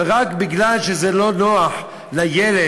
אבל רק מפני שזה לא נוח לילד,